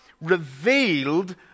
revealed